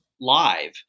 live